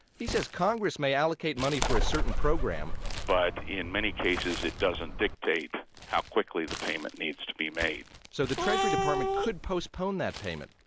he says congress may allocate money for a certain program but, in many cases, it doesn't dictate how quickly the payment needs to be made so, the treasury department could postpone that payment.